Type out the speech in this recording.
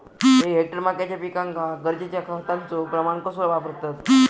एक हेक्टर मक्याच्या पिकांका गरजेच्या खतांचो प्रमाण कसो वापरतत?